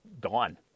gone